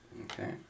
Okay